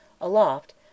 aloft